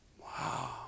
Wow